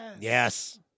Yes